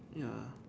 ya